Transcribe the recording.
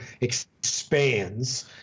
expands